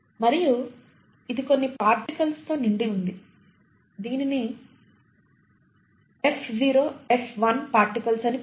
మరియు ఇదికొన్ని పార్టికల్స్ తో నిండి ఉంది దీనిని F0 F1 పార్టికల్స్ అని పిలుస్తారు